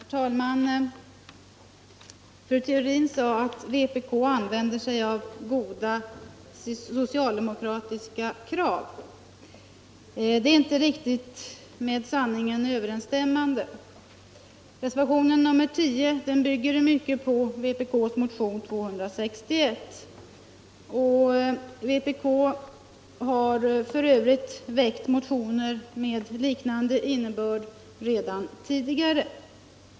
Herr talman! Fru Theorin sade att vpk använder goda socialdemokratiska krav. Det är inte riktigt med sanningen överensstämmande. Reservationen 10 bygger i mycket på vpk:s motion 261, och vpk har för övrigt väckt motioner med liknande innebörd redan tidigare.